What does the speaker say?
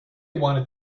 wanted